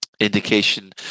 indication